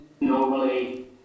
normally